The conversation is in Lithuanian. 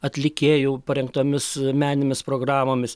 atlikėjų parengtomis meninėmis programomis